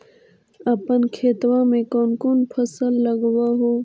अपन खेतबा मे कौन कौन फसल लगबा हू?